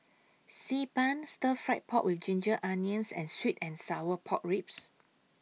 Xi Ban Stir Fry Pork with Ginger Onions and Sweet and Sour Pork Ribs